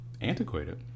antiquated